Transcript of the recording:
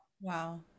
Wow